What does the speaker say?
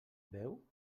veu